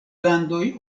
landoj